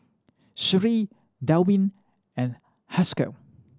Sheree Delwin and Haskell